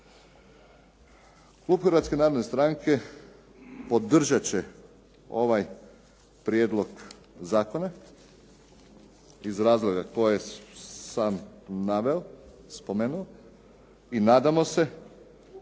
Klub Hrvatske narodne stranke podržati će ovaj prijedlog zakona iz razloga koje sam naveo, spomenuo i nadamo se